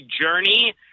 journey